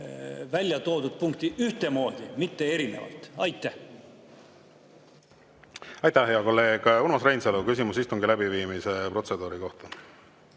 välja toodud punkti ühtemoodi, mitte erinevalt. Aitäh, hea kolleeg! Urmas Reinsalu, küsimus istungi läbiviimise protseduuri kohta.